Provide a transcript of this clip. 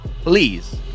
please